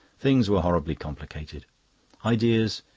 things were horribly complicated ideas,